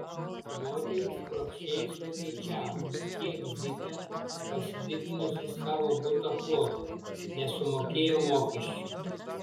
moterys kruopščiai suskaičiavo kiek zita pasididinusi savo buto plotą nesumokėjo mokesčių